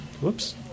Whoops